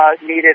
needed